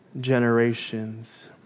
generations